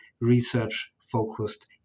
research-focused